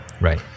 right